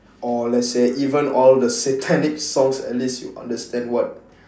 or let's say even all the satanic songs at least you understand what